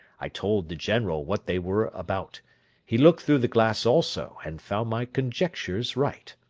i told the general what they were about he looked through the glass also, and found my conjectures right.